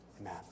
Amen